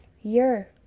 year